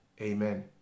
Amen